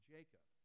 Jacob